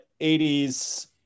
80s